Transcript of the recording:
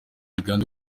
uganda